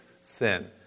sin